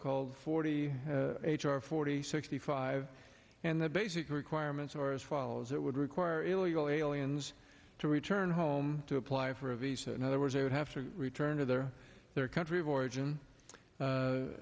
called forty h r forty sixty five and the basic requirements are as follows it would require illegal aliens to return home to apply for a visa in other words they would have to return to their country of origin